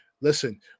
Listen